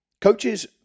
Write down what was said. Coaches